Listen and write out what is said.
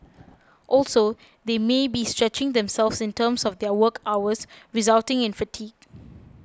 also they may be stretching themselves in terms of their work hours resulting in fatigue